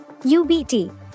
UBT